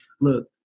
look